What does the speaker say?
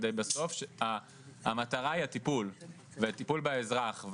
כשהמטרה הסופית היא הטיפול והטיפול באזרח,